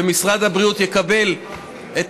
ומשרד הבריאות יקבל את